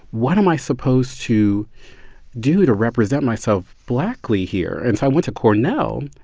what am i supposed to do to represent myself blackly here? and so i went to cornell.